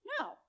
No